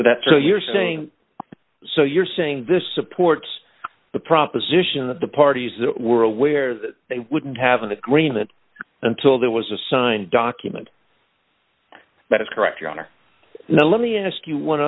cynic's that so you're saying so you're saying this supports the proposition that the parties that were aware that they wouldn't have an agreement until there was a signed document that is correct your honor no let me ask you one